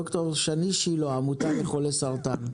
ד"ר שני שילה, העמותה לחולי סרטן,